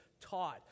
taught